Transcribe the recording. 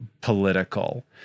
political